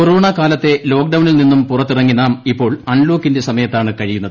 കൊറോണക്കാലത്തെ ലോക്ഡൌണിൽ നിന്നും പുറത്തിറങ്ങി നാം ഇപ്പോൾ അൺലോക്കിന്റെ സമയത്താണ് കഴിയുന്നത്